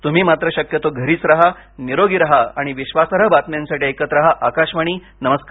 तुम्ही मात्र शक्यतो घरीच राहा निरोगी राहा आणि विश्वासार्ह बातम्यांसाठी ऐकत राहा आकाशवाणी नमस्कार